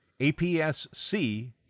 APS-C